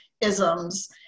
isms